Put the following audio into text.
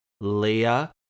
Leah